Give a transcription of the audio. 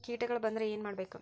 ಕೇಟಗಳ ಬಂದ್ರ ಏನ್ ಮಾಡ್ಬೇಕ್?